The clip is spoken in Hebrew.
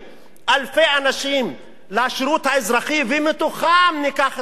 אלפי אנשים, לשירות האזרחי, ומתוכם ניקח את הטובים